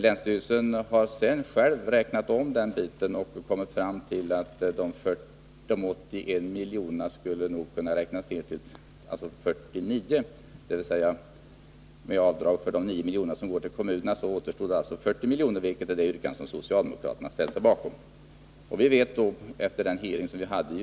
Länsstyrelsen har sedan själv räknat om den biten och kommit fram till att de 81 miljonerna skulle kunna dras ner till 49 miljoner — dvs. att med avdrag för de 9 miljoner som går till kommunerna återstod 40 miljoner, vilket är det yrkande som socialdemokraterna ställt sig bakom.